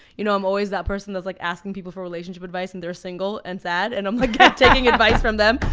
you know i'm always that person that's like asking people for relationship advice and they're single and sad and i'm like taking advice from them.